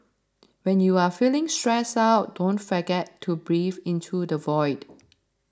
when you are feeling stressed out don't forget to breathe into the void